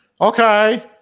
Okay